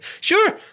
Sure